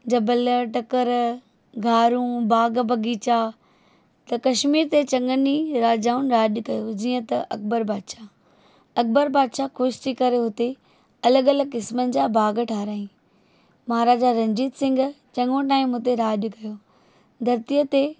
जबलु टकरु गारूं बाग़ु बाग़ीचा त कश्मीर ते चङनि राजाऊं राज कयो जीअं त अकबर बादशाह अकबर बादशाह ख़ुशि थी करे हुते अलॻि अलॻि किस्मनि जा बाग़ु ठारायाईं महाराजा रंजीत सिंह चङो टाइम हुते राज कयो धरतीअ ते